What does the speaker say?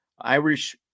Irish